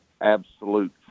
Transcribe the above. absolute